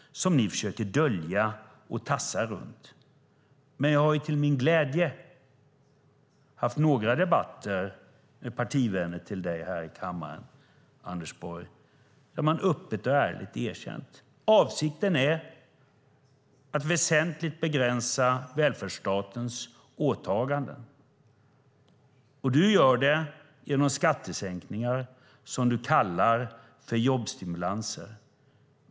Den försöker ni dölja och tassa runt. Jag har till min glädje haft några debatter här i kammaren med partivänner till dig, Anders Borg, där man öppet och ärligt har erkänt att avsikten är att väsentligt begränsa välfärdsstatens åtaganden. Du gör det genom skattesänkningar som du kallar jobbstimulanser.